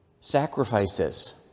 sacrifices